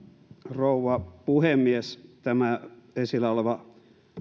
rouva puhemies tämä esillä oleva